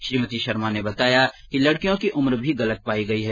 श्रीमती शर्मा ने बताया कि लड़कियों की उम्र भी गलत पाई गई है